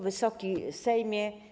Wysoki Sejmie!